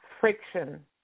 friction